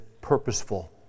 purposeful